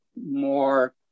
more